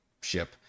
ship